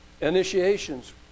initiations